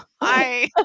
Hi